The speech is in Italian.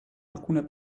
alcune